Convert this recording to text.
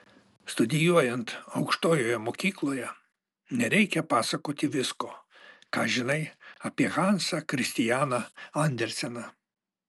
studijuojant aukštojoje mokykloje nereikia pasakoti visko ką žinai apie hansą kristianą anderseną